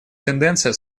тенденция